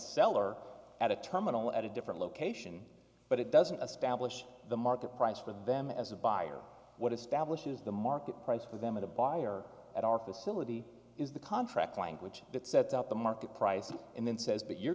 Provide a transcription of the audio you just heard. seller at a terminal at a different location but it doesn't establish the market price for them as a buyer what establishes the market price for them or the buyer at our facility is the contract language that sets up the market price and then says but you're